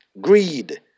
greed